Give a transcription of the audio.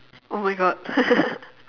oh my god